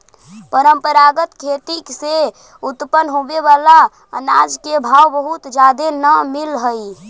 परंपरागत खेती से उत्पन्न होबे बला अनाज के भाव बहुत जादे न मिल हई